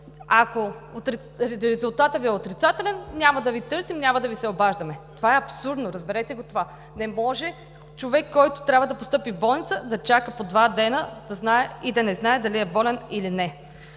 ако резултатът Ви е отрицателен, няма да Ви търсим, няма да Ви се обаждаме. Това е абсурдно, разберете го! Не може човек, който трябва да постъпи в болница, да чака по два дни и да не знае дали е болен или не!